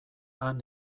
han